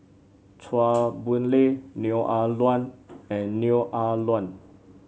Chua Boon Lay Neo Ah Luan and Neo Ah Luan